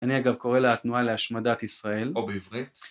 אני אגב קורא לה תנועה להשמדת ישראל או בעברית